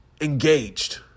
engaged